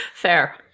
Fair